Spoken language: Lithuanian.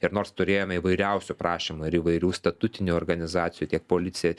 ir nors turėjome įvairiausių prašymų ir įvairių statutinių organizacijų tiek policija